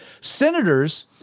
Senators